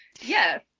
yes